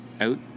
out